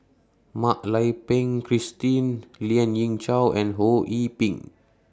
Mak Lai Peng Christine Lien Ying Chow and Ho Yee Ping